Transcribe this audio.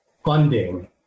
funding